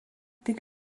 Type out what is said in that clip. tik